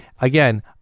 again